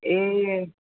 ए